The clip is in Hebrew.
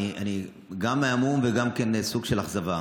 אני גם המום וגם בסוג של אכזבה.